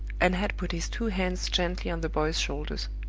and had put his two hands gently on the boy's shoulders.